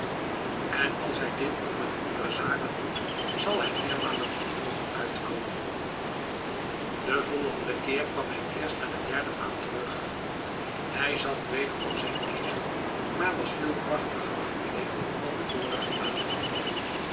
en als hij dit ook met andere zaken doet zal hij meermalen bedrogen uitkomen den volgenden keer kwam hij eerst na de derde maand terug hij zat weder op zijn ezel maar was veel prachtiger gekleed dan de vorige malen